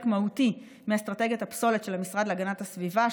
מהותי מאסטרטגיית הפסולת של המשרד להגנת הסביבה,